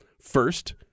First